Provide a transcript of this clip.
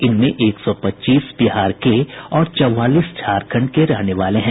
इनमें एक सौ पच्चीस बिहार के और चौवालीस झारखंड के रहने वाले हैं